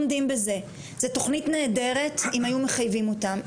זה תוכנית נהדרת אם היו מחייבים אותם.